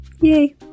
Yay